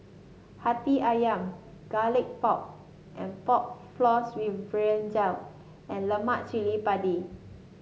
Hati ayam Garlic Pork and Pork Floss with Brinjal and Lemak Cili Padi